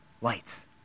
lights